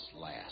last